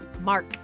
Mark